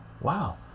Wow